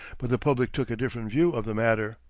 but the public took a different view of the matter.